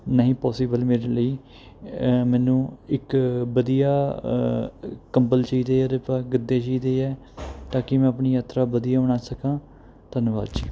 ਨਹੀਂ ਪੋਸੀਬਲ ਮੇਰੇ ਲਈ ਮੈਨੂੰ ਇੱਕ ਵਧੀਆ ਕੰਬਲ ਚਾਹੀਦੇ ਹੈ ਇਹਦੇ ਪਰ ਗੱਦੇ ਚਾਹੀਦੇ ਹੈ ਤਾਂ ਕਿ ਮੈਂ ਆਪਣੀ ਯਾਤਰਾ ਵਧੀਆ ਬਣਾ ਸਕਾਂ ਧੰਨਵਾਦ ਜੀ